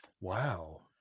Wow